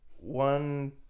one